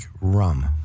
rum